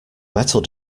metal